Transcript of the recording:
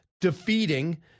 defeating